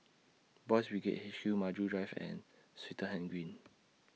Boys' Brigade H Q Maju Drive and Swettenham Green